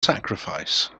sacrifice